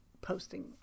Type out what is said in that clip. posting